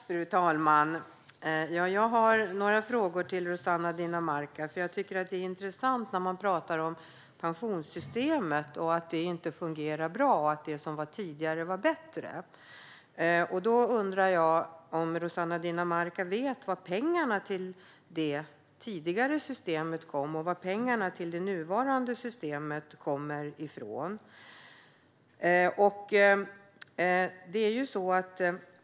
Fru talman! Jag har några frågor till Rossana Dinamarca. Jag tycker nämligen att det är intressant när man talar om pensionssystemet, att det inte fungerar bra och att det som var tidigare var bättre. Jag undrar om Rossana Dinamarca vet varifrån pengarna till det tidigare systemet kom och varifrån pengarna till det nuvarande systemet kommer.